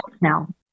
now